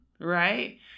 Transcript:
Right